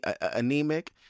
anemic